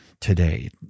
today